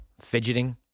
fidgeting